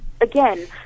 again